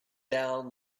down